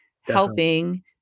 helping